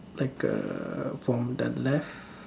like a from the left